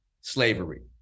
slavery